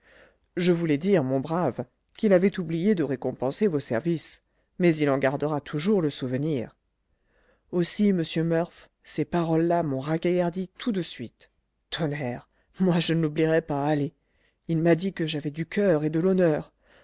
je voulais dire mon brave qu'il avait oublié de récompenser vos services mais il en gardera toujours le souvenir aussi monsieur murph ces paroles là m'ont ragaillardi tout de suite tonnerre moi je ne l'oublierai pas allez il m'a dit que j'avais du coeur et de l'honneur